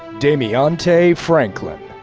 daemeante franklin.